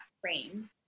frame